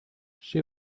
she